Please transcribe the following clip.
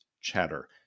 chatter